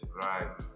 Right